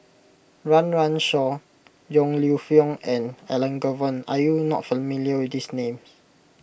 Run Run Shaw Yong Lew Foong and Elangovan are you not familiar with these names